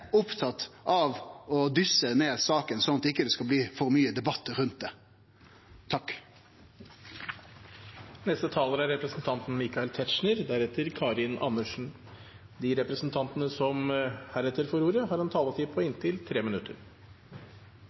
opptatt av å vise maktarroganse og meir opptatt av å dysse ned saka, slik at det ikkje skal bli for mykje debatt rundt ho. De talere som heretter får ordet, har en taletid på inntil 3 minutter.